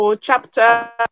chapter